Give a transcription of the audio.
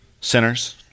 sinners